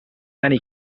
many